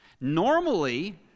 Normally